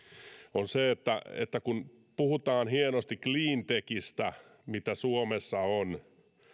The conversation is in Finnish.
on nyt se että että kun puhutaan hienosti cleantechistä mitä suomessa on niin minun mielestäni pitäisi valtion puolesta pyrkiä tukemaan etteivät tällaiset yritykset lähde